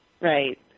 Right